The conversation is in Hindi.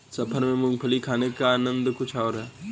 सफर में मूंगफली खाने का आनंद ही कुछ और है